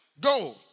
go